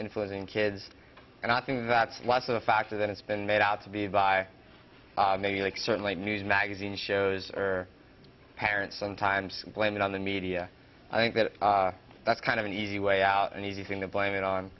influencing kids and i think that's why for the fact that it's been made out to be by many like certainly news magazine shows or parents sometimes blame it on the media i think that that's kind of an easy way out an easy thing to blame it on